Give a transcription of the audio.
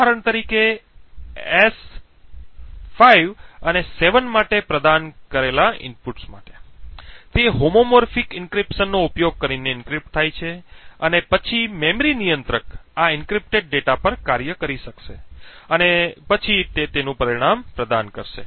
ઉદાહરણ તરીકે એસ 5 અને 7 માટે પ્રદાન કરેલ ઇનપુટ્સ માટે તે હોમોમોર્ફિક એન્ક્રિપ્શનનો ઉપયોગ કરીને એન્ક્રિપ્ટ થાય છે અને પછી મેમરી નિયંત્રક આ એન્ક્રિપ્ટેડ ડેટા પર કાર્ય કરી શકશે અને તે પછી તેનું પરિણામ પ્રદાન કરશે